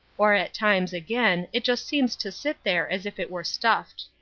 or at times, again, it just seems to sit there as if it were stuffed.